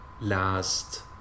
last